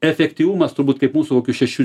efektyvumas turbūt kaip mūsų kokių šešių